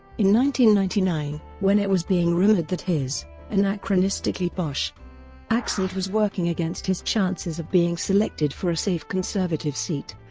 ninety ninety nine, when it was being rumoured that his anachronistically posh accent was working against his chances of being selected for a safe conservative seat,